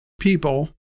people